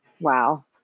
Wow